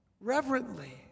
reverently